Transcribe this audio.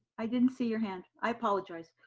i didn't see your hand, i apologize.